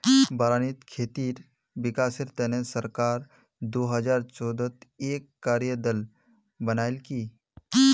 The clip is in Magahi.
बारानीत खेतीर विकासेर तने सरकार दो हजार चौदहत एक कार्य दल बनैय्यालकी